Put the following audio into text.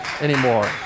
anymore